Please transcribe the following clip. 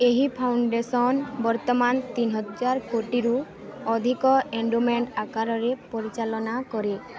ଏହି ଫାଉଣ୍ଡେସନ୍ ବର୍ତ୍ତମାନ ତିନିହଜାର କୋଟିରୁ ଅଧିକ ଏଣ୍ଡୋମେଣ୍ଟ୍ ଆକାରରେ ପରିଚାଳନା କରେ